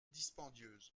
dispendieuse